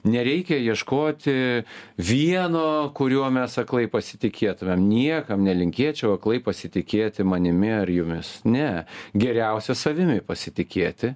nereikia ieškoti vieno kuriuo mes aklai pasitikėtumėm niekam nelinkėčiau aklai pasitikėti manimi ar jumis ne geriausia savimi pasitikėti